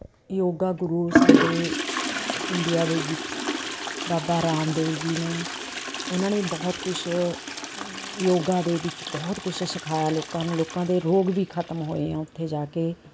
ਯੋਗਾ ਗੁਰੂ ਸਾਡੇ ਇੰਡੀਆ ਦੇ ਵਿੱਚ ਬਾਬਾ ਰਾਮਦੇਵ ਜੀ ਨੇ ਉਹਨਾਂ ਨੇ ਬਹੁਤ ਕੁਛ ਯੋਗਾ ਦੇ ਵਿੱਚ ਬਹੁਤ ਕੁਛ ਸਿਖਾਇਆ ਲੋਕਾਂ ਨੂੰ ਲੋਕਾਂ ਦੇ ਰੋਗ ਵੀ ਖਤਮ ਹੋਏ ਆ ਉੱਥੇ ਜਾ ਕੇ